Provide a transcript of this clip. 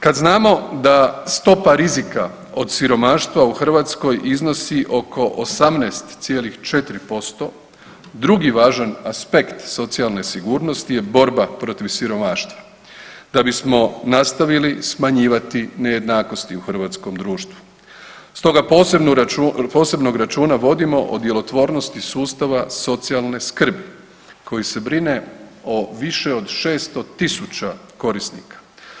Kad znamo da stopa rizika od siromaštva u Hrvatskoj iznosi oko 18,4%, drugi važan aspekt socijalne sigurnosti je borba protiv siromaštva, da bismo nastavili smanjivati nejednakosti u hrvatskom društvu, stoga posebnog računa vodimo o djelotvornosti sustava socijalne skrbi koji se brine o više od 600 tisuća korisnika.